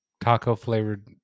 Taco-flavored